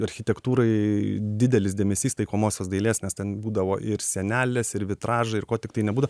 architektūrai didelis dėmesys taikomosios dailės nes ten būdavo ir sienelės ir vitražai ir ko tiktai nebūdavo